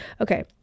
Okay